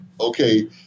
Okay